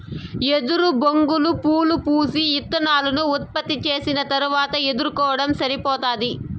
ఎదురు బొంగులు పూలు పూసి, ఇత్తనాలను ఉత్పత్తి చేసిన తరవాత ఎదురు కాండం సనిపోతాది